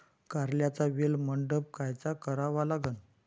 कारल्याचा वेल मंडप कायचा करावा लागन?